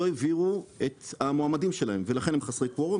לא העבירו את המועמדים שלהם ולכן הם חסרי קוורום,